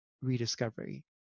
rediscovery